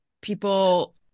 people